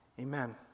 Amen